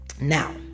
Now